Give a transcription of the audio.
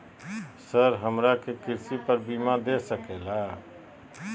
Sir हमरा के कृषि पर बीमा दे सके ला?